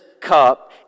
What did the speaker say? cup